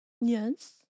Yes